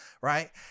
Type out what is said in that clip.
Right